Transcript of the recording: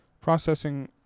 processing